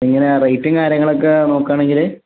എങ്ങനെയാണ് റേറ്റും കാര്യങ്ങളും ഒക്കെ നോക്കുകയാണെങ്കിൽ